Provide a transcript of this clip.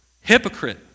Hypocrite